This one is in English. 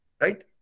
Right